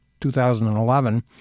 2011